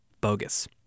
bogus